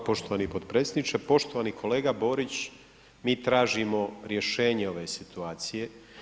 Hvala poštovani potpredsjedniče, poštovani kolega Borić, mi tražimo rješenje ove situacije.